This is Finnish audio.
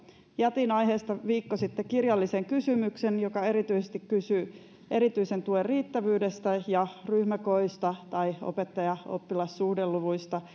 jätin aiheesta viikko sitten kirjallisen kysymyksen joka erityisesti kysyy erityisen tuen riittävyydestä ja ryhmäkoosta tai opettaja oppilas suhdeluvuista